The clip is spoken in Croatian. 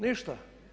Ništa.